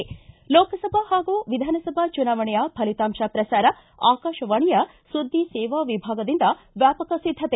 ಿ ಲೋಕಸಭಾ ಹಾಗೂ ವಿಧಾನಸಭೆ ಚುನಾವಣೆಯ ಫಲಿತಾಂಶ ಪ್ರಸಾರ ಆಕಾಶವಾಣಿಯ ಸುದ್ದಿ ಸೇವಾ ವಿಭಾಗದಿಂದ ವ್ಯಾಪಕ ಸಿದ್ದತೆ